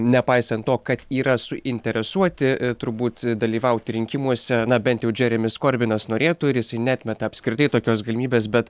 nepaisant to kad yra suinteresuoti turbūt dalyvauti rinkimuose na bent jau džeremis korbinas norėtų ir jis neatmeta apskritai tokios galimybės bet